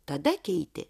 tada keitė